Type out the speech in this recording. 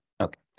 okay